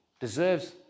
Deserves